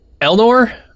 Elnor